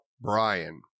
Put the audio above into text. Brian